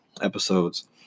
episodes